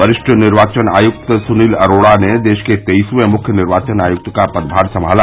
वरिष्ठ निर्वाचन आयुक्त सुनील अरोड़ा ने देश के तेइसवें मुख्य निर्वाचन आयुक्त का पदभार संभाला